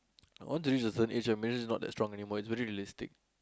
once you reach a certain age maybe it's not that strong anymore it's very realistic